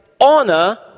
honor